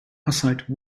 hussite